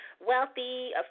Wealthy